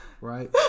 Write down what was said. Right